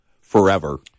forever